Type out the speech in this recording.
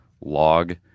log